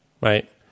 Right